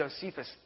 Josephus